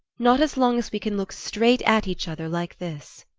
not as long as we can look straight at each other like this.